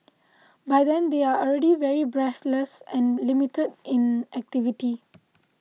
by then they are already very breathless and limited in activity